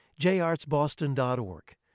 jartsboston.org